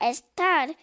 Estar